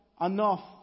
enough